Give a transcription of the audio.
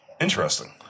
Interesting